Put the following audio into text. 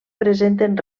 presenten